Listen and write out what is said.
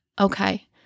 okay